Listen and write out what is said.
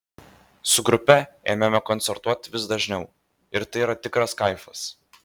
su grupe ėmėme koncertuoti vis dažniau ir tai yra tikras kaifas